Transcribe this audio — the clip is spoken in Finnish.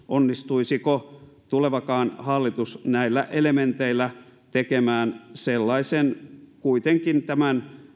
onnistuisiko tulevakaan hallitus näillä elementeillä tekemään sellaisen kuitenkin tämän